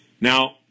Now